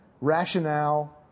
rationale